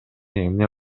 эмне